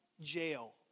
jail